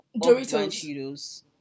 Doritos